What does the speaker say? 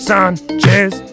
Sanchez